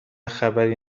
خبری